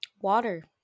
water